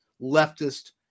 leftist